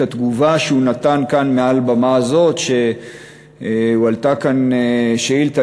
את התגובה שהוא נתן כאן מעל במה זאת כשהועלתה כאן שאילתה